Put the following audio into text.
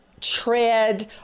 Tread